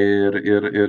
ir ir ir